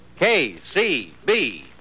KCB